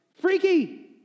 Freaky